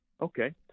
Okay